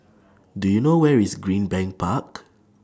Do YOU know Where IS Greenbank Park